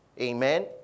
amen